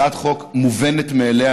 הצעת חוק מובנת מאליה,